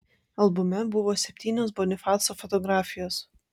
albume buvo septynios bonifaco fotografijos